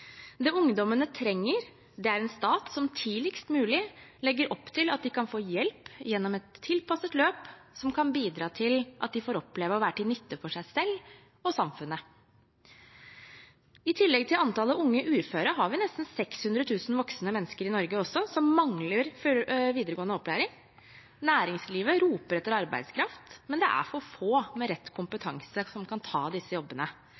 Det ungdommene trenger, er en stat som tidligst mulig legger opp til at de kan få hjelp gjennom et tilpasset løp som kan bidra til at de får oppleve å være til nytte for seg selv og samfunnet. I tillegg til antallet unge uføre har vi nesten 600 000 voksne mennesker i Norge som mangler videregående opplæring. Næringslivet roper etter arbeidskraft, men det er for få med rett kompetanse som kan ta disse jobbene.